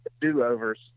do-overs